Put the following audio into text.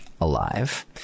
alive